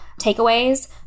takeaways